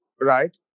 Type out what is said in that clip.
right